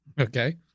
Okay